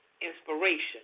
Inspiration